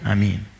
Amen